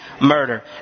murder